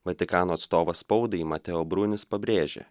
vatikano atstovas spaudai mateo brunis pabrėžė